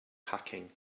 packing